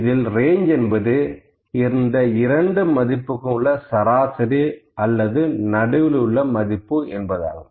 இதில் ரேஞ்ச் என்பது இந்த இரண்டு மதிப்புக்கும் உள்ள சராசரி அல்லது நடுவில் உள்ள மதிப்பு என்பதாகும்